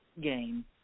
game